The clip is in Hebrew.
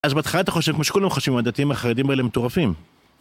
אז בהתחלה אתה חושב כמו שכולם חושבים, הדתיים החרדים האלה מטורפים.